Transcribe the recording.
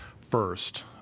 first